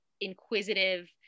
inquisitive